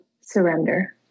surrender